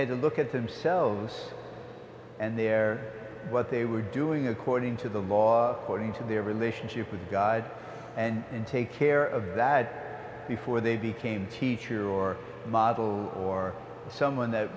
had to look at themselves and their what they were doing according to the law according to their relationship with god and take care of that before they became teacher or model or someone that